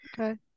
okay